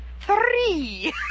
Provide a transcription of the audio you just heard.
Three